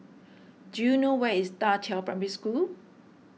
do you know where is Da Qiao Primary School